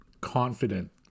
confident